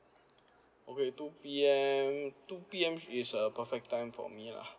okay two P_M two P_M is a perfect time for me lah